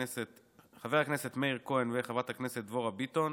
חבר הכנסת מאיר כהן וחברת הכנסת דבורה ביטון,